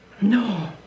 No